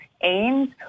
aims